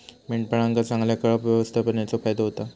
मेंढपाळांका चांगल्या कळप व्यवस्थापनेचो फायदो होता